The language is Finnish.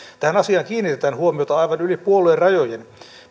tähän asiaan kiinnitetään huomiota aivan yli puoluerajojen